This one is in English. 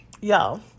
Y'all